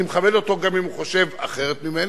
אני מכבד אותו גם אם הוא חושב אחרת ממני,